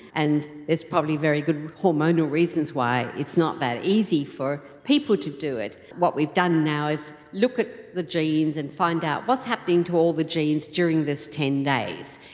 and there's probably very good hormonal reasons why it's not that easy for people to do it. what we've done now is look at the genes and find out what's happening to all the genes during this ten days.